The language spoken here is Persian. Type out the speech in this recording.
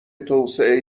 توسعه